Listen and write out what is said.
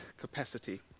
capacity